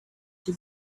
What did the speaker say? you